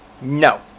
no